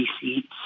seats